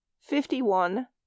Fifty-one